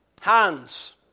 Hands